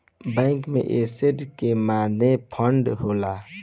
bank में asset के माने फंड होला